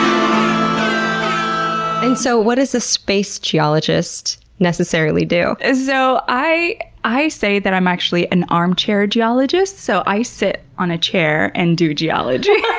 um and so what does a space geologist necessarily do? so i i say that i'm actually an armchair geologist. so i sit on a chair and do geology. yeah